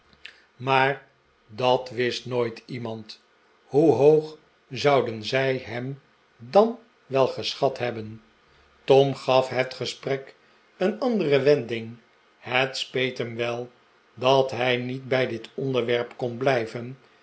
maar dat wist nooit iemand hoe hoog zouden zij hem dan wel geschat hebben tom gaf het gesprek een andere wending het speet hem wel dat hij niet bij dit onderwerp kon blijven